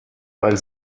weil